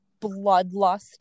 bloodlust